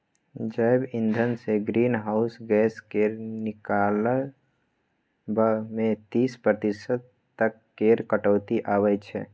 जैब इंधनसँ green house gas केर निकलब मे तीस प्रतिशत तक केर कटौती आबय छै